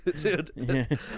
dude